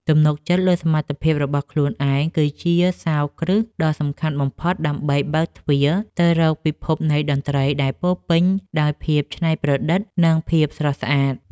ទំនុកចិត្តលើសមត្ថភាពរបស់ខ្លួនឯងគឺជាសោរគ្រឹះដ៏សំខាន់បំផុតដើម្បីបើកទ្វារទៅរកពិភពនៃតន្ត្រីដែលពោរពេញដោយភាពច្នៃប្រឌិត និងភាពស្រស់ស្អាត។